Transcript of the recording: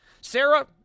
Sarah